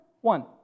one